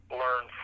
learn